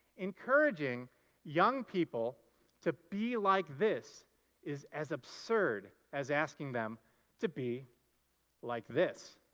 encouraging young people to be like this is as absurd as asking them to be like this.